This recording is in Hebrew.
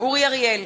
אורי אריאל,